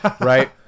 right